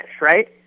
right